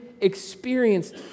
experienced